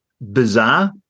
bizarre